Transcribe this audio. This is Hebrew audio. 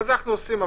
זה אנחנו עושים.